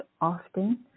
often